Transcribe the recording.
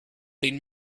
been